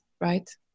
right